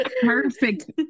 Perfect